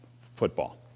football